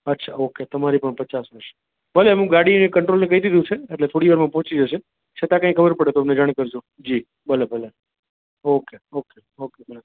અચ્છા ઓકે તમારી પણ પચાસ વર્ષ ભલે મુ ગાડી એ કંટ્રોલને કઈ દીધું છે એટલે થોડીવારમાં પોચી જશે છતાં કંઈ ખબર પડે તો અમને જાણ કરજો જી ભલે ભલે ઓકે ઓકે ઓકે ભલે